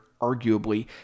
arguably